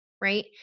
Right